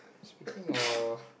speaking of